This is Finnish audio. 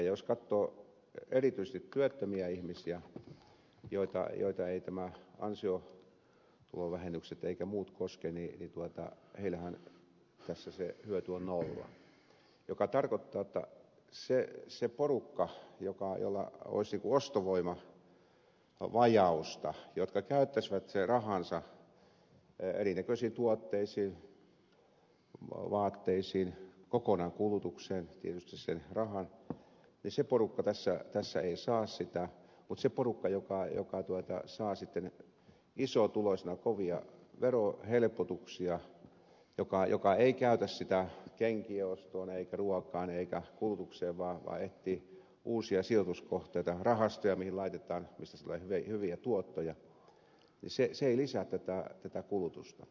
jos katsoo erityisesti työttömiä ihmisiä joita eivät nämä ansiotulovähennykset eivätkä muut koske niin heillehän tässä se hyöty on nolla mikä tarkoittaa että se porukka jolla olisi ostovoimavajausta joka käyttäisi rahansa erinäköisiin tuotteisiin vaatteisiin kokonaan kulutukseen tietysti sen rahan tässä ei saa sitä mutta se porukka joka saa isotuloisena kovia verohelpotuksia joka ei käytä sitä kenkien ostoon eikä ruokaan eikä kulutukseen vaan etsii uusia sijoituskohteita rahastoja joista saadaan hyviä tuottoja ei lisää tätä kulutusta